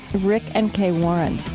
rick and kay warren.